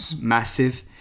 massive